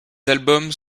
albums